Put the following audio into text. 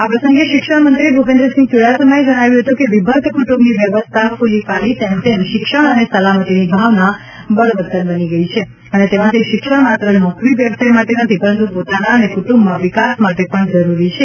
આ પ્રસંગે શિક્ષણમંત્રી ભૂપેન્દ્રસિંહ ચુડાસમાએ જણાવ્યું હતું કે વિભક્ત કુટુંબની વ્યવસ્થા ફુલીફાલી તેમતેમ શિક્ષણ અને સલામતીની ભાવના બળવત્તર બની ગઇ છે અને તેમાંથી શિક્ષણ માત્ર નોકરી વ્યવસાય માટે નથી પરંતુ પોતાના અને કુટુંબમાં વિકાસ માટે પણ જરૂરી છે